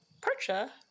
Percha